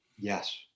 yes